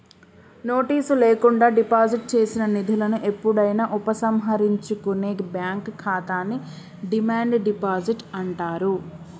notice లేకుండా deposit చేసిన నిధులను ఎప్పుడైనా ఉపసంహరించుకునే బ్యాంక్ ఖాతాని డిమాండ్ డిపాజిట్ అంటారు